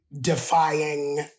defying